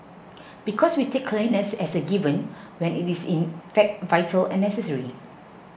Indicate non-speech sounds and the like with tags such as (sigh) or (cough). (noise) because we take cleanliness as a given when it is in fact vital and necessary